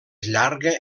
llarga